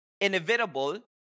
inevitable